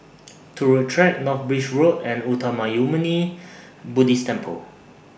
Turut Track North Bridge Road and Uttamayanmuni Buddhist Temple